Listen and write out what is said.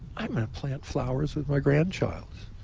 i'm going to plant flowers with my grandchild.